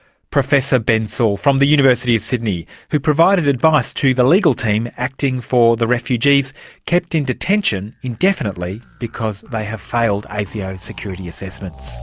professor ben saul from the university of sydney, who provided advice to the legal team acting for the refugees kept in detention indefinitely because they have failed asio security assessments.